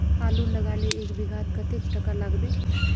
आलूर लगाले एक बिघात कतेक टका लागबे?